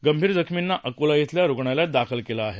गंभीर जखमींना अकोला बिल्या रुग्णालयात दाखल केलं आले